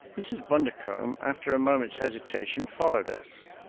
mrs. bundercombe, after a moment's hesitation, followed us.